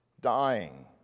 dying